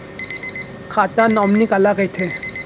खाता नॉमिनी काला कइथे?